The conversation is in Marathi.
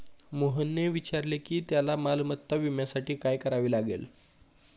मोहनने विचारले की त्याला मालमत्ता विम्यासाठी काय करावे लागेल?